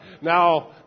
now